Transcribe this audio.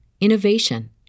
innovation